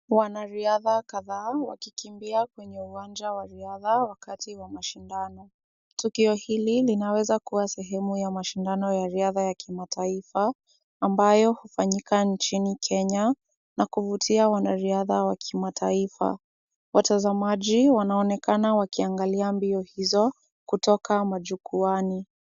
Wanariadha kadhaa wakikimbia kwenye uwanja wa riadha wakati wa mashindano. Tukio hili linaweza kuwa sehemu ya mashindano ya riadha ya kimataifa, ambayo hufanyika nchini Kenya, na kuvutia wanariadha wa kimataifa. Watazamaji wanaonekana wakiangalia mbio hizo, kutoka majukwani.